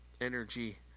energy